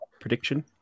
prediction